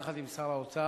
יחד עם שר האוצר,